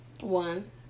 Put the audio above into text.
One